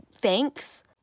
thanks